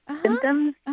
symptoms